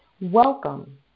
Welcome